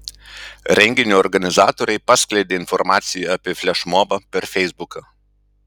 renginio organizatoriai paskleidė informaciją apie flešmobą per feisbuką